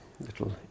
little